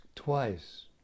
twice